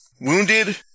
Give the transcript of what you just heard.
wounded